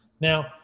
Now